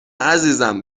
عزیزم